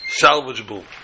salvageable